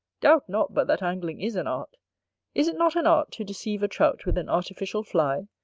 doubt not but that angling is an art is it not an art to deceive a trout with an artificial fly?